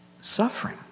suffering